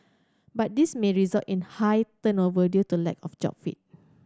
but this may result in high turnover due to lack of job fit